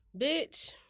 bitch